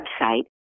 website